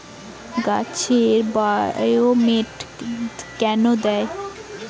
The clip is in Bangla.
গাছে বায়োমেট কেন দেয়?